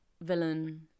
villain